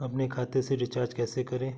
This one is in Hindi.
अपने खाते से रिचार्ज कैसे करें?